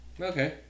Okay